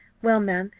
well, ma'am,